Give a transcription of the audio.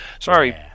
Sorry